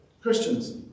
Christians